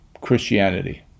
Christianity